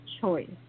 choice